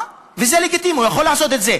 וזה לגיטימי, הוא יכול לעשות את זה.